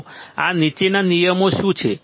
તો આ નીચેના નિયમો શું છે